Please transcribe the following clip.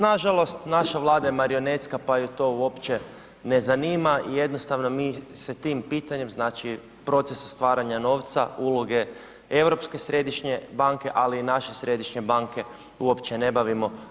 Nažalost, naša Vlada je marionetska pa je to uopće ne zanima i jednostavno se mi tim pitanjem, znači procese stvaranja novca uloge Europske središnje banke, ali i naše Središnje banke uopće ne bavimo.